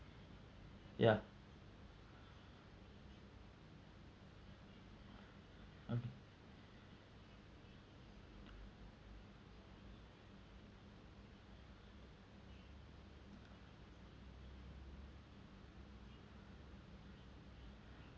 ya um